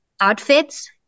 outfits